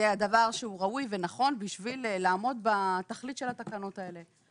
זה הדבר שהוא ראוי ונכון בשביל לעמוד בתכלית של התקנות האלה.